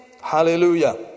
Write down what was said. Hallelujah